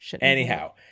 Anyhow